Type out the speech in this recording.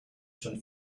schon